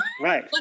right